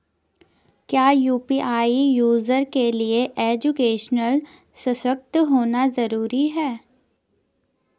क्या UPI user के लिए एजुकेशनल सशक्त होना जरूरी है?